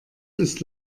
ist